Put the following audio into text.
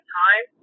time